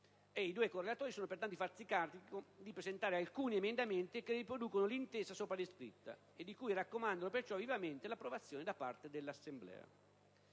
I due correlatori si sono pertanto fatti carico di presentare alcuni emendamenti che riproducono l'intesa sopra descritta e di cui raccomandano perciò vivamente l'approvazione da parte dell'Assemblea.